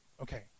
okay